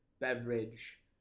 beverage